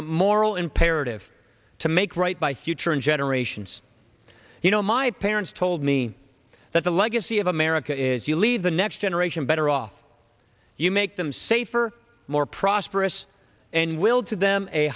moral imperative to make right by future generations you know my parents told me that the legacy of america is you leave the next generation better off you make them safer more prosperous and we'll to them a